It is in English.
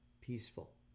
peaceful